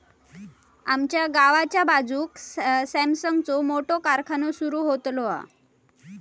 आमच्या गावाच्या बाजूक सॅमसंगचो मोठो कारखानो सुरु होतलो हा